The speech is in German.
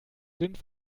sind